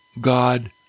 God